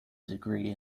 degree